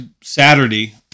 Saturday